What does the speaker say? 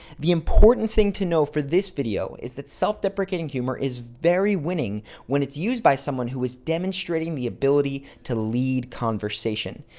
the important thing to know for this video is that self-deprecating humor is very winning when it's used by someone who is demonstrating the ability to lead conversation.